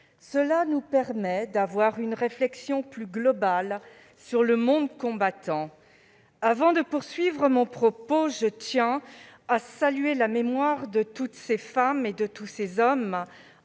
Elle nous permet d'avoir une réflexion plus globale sur le monde combattant. Avant de poursuivre mon propos, je tiens à saluer la mémoire de toutes ces femmes et de tous ces hommes,